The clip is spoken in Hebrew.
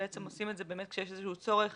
עושים את זה כשיש איזשהו צורך